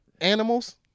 animals